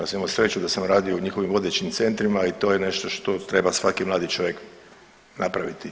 Ja sam imao sreću da sam radio u njihovim vodećim centrima i to je nešto što treba svaki mladi čovjek napraviti.